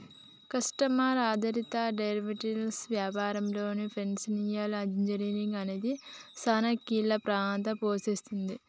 customer ఆధారిత derivatives వ్యాపారంలో financial engineering అనేది సానా కీలక పాత్ర పోషిస్తుంది